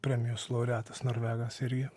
premijos laureatas norvegas irgi